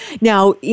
Now